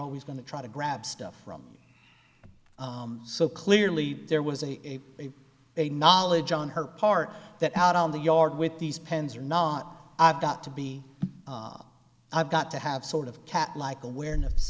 always going to try to grab stuff from so clearly there was a a a a knowledge on her part that out on the yard with these pens or not i've got to be i've got to have sort of cat like awareness